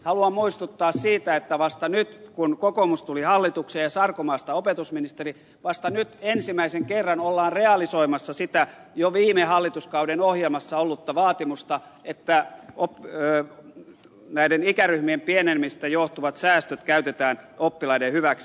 haluan muistuttaa siitä että vasta nyt kun kokoomus tuli hallitukseen ja sarkomaasta opetusministeri ensimmäisen kerran ollaan realisoimassa sitä jo viime hallituskauden ohjelmassa ollutta vaatimusta että ikäryhmien pienenemisestä johtuvat säästöt käytetään oppilaiden hyväksi